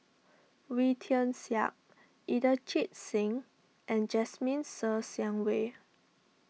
Wee Tian Siak Inderjit Singh and Jasmine Ser Xiang Wei